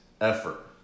effort